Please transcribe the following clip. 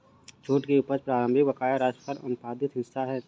छूट की उपज प्रारंभिक बकाया राशि का आनुपातिक हिस्सा है